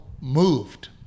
moved